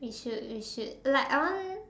we should we should like I want